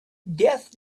death